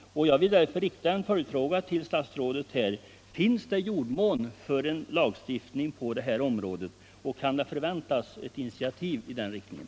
Därför vill jag rikta en följdfråga till statsrådet: Finns det jordmån för en lagstiftning på detta område, och kan det förväntas initiativ i den riktningen?